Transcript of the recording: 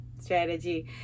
strategy